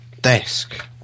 desk